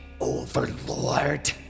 overlord